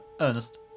Ernest